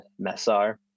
Messar